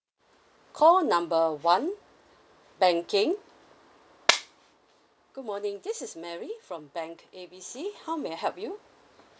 call number one banking good morning this is mary from bank A B C how may I help you